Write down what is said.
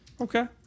Okay